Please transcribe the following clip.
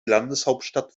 landeshauptstadt